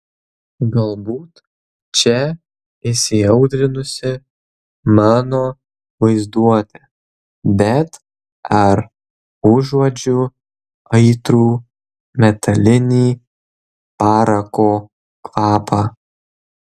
galbūt čia įsiaudrinusi mano vaizduotė bet ar užuodžiu aitrų metalinį parako kvapą